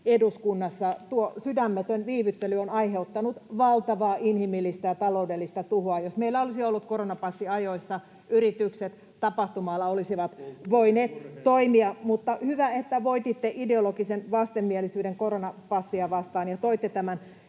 eduskunnassa. Tuo sydämetön viivyttely on aiheuttanut valtavaa inhimillistä ja taloudellista tuhoa. Jos meillä olisi ollut koronapassi ajoissa, yritykset ja tapahtuma-ala olisivat voineet toimia, mutta hyvä, että voititte ideologisen vastenmielisyyden koronapassia vastaan ja toitte tämän